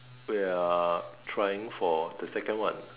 we are trying for the second one